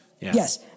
Yes